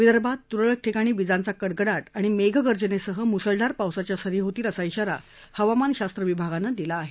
विदर्भात त्रळक ठिकाणी विजांचा कडकडाट आणि मेघगर्जनेसह म्सळधार पावसाच्या सरी होतील असा इशारा हवामानशास्त्र विभागानं दिला आहे